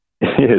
Yes